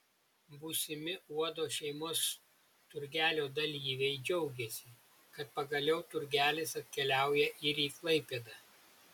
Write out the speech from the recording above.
būsimi uodo šeimos turgelio dalyviai džiaugiasi kad pagaliau turgelis atkeliauja ir į klaipėdą